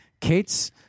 Kate's